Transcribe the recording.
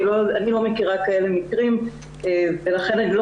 אני לא מכירה כאלה מקרים ולכן אני לא